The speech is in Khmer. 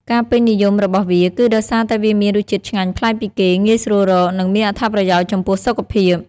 ការពេញនិយមរបស់វាគឺដោយសារតែវាមានរសជាតិឆ្ងាញ់ប្លែកពីគេ ងាយស្រួលរក និងមានអត្ថប្រយោជន៍ចំពោះសុខភាព។